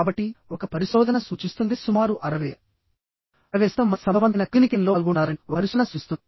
కాబట్టి ఒక పరిశోధన సూచిస్తుంది సుమారు 60 శాతం మంది సమర్థవంతమైన కమ్యూనికేషన్లో పాల్గొంటున్నారని ఒక పరిశోధన సూచిస్తుంది